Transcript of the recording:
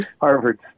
Harvard